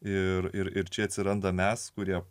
ir ir čia atsiranda mes kurie